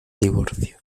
divorcio